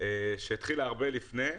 שהתחילה הרבה לפני.